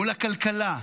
מול הכלכלה,